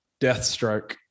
Deathstroke